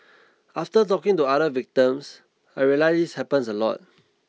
after talking to other victims I realised this happens a lot